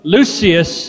Lucius